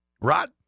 right